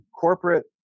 corporate